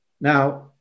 Now